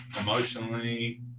emotionally